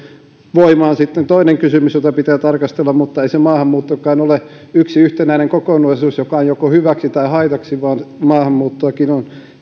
on sitten toinen kysymys jota pitää tarkastella mutta ei maahanmuuttokaan ole yksi yhtenäinen kokonaisuus joka on joko hyväksi tai haitaksi vaan maahanmuuttoakin on